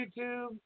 YouTube